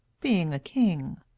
being a king